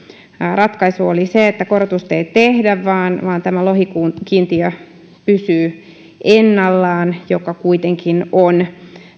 ratkaisu oli se että korotusta ei tehdä vaan vaan tämä lohikiintiö pysyy ennallaan joka kuitenkin on